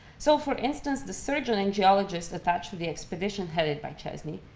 so for instance, the surgeon and geologist attached to the expedition headed by chesney,